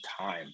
time